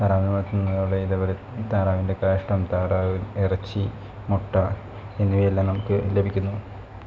താറാവിനെ വളർത്തുന്നതോടെ ഇതേപോലെ താറാവിൻ്റെ കാഷ്ടം താറാവ് ഇറച്ചി മുട്ട എന്നിവയെല്ലാം നമുക്ക് ലഭിക്കുന്നു